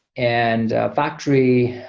and factory,